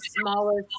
smaller